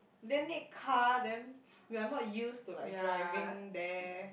then need car then we're not used to like driving there